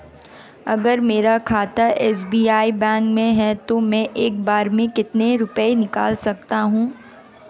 अगर मेरा खाता एस.बी.आई बैंक में है तो मैं एक बार में कितने रुपए निकाल सकता हूँ?